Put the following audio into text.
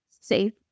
Safe